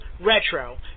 Retro